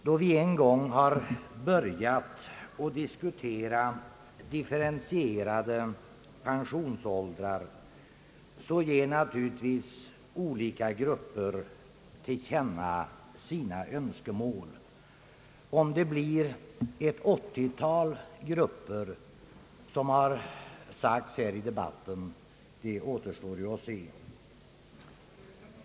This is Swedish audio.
Då vi en gång har börjat diskutera differentierade pensionsåldrar ger naturligtvis olika grupper sina önskemål till känna. Om det blir ett 80-tal grupper, vilket har sagts i denna debatt, återstår att se.